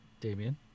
Damien